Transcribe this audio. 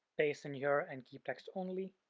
paste in here, and keep text only.